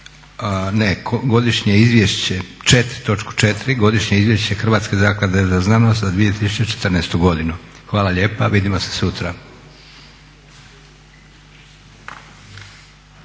točku četiri – Godišnje izvješće Hrvatske zaklade za znanost za 2014. godinu. Hvala lijepa. Vidimo se sutra!